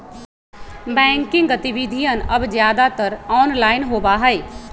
banking गतिविधियन अब ज्यादातर ऑनलाइन होबा हई